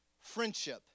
friendship